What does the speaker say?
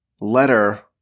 letter